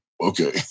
Okay